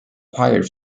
acquired